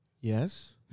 Yes